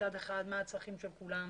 מצד אחד מה הצרכים של כולם